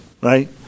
Right